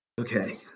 Okay